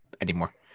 anymore